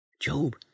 Job